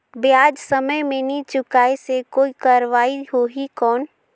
ब्याज समय मे नी चुकाय से कोई कार्रवाही होही कौन?